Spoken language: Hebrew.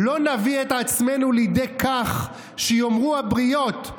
"לא נביא את עצמנו לידי כך שיאמרו הבריות,